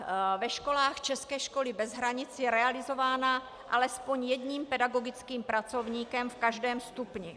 Výuka ve školách České školy bez hranic je realizována alespoň jedním pedagogickým pracovníkem v každém stupni.